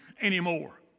anymore